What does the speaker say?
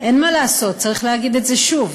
אין מה לעשות, צריך להגיד את זה שוב: